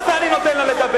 מה זה אני נותן לה לדבר?